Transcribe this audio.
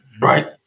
Right